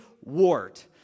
wart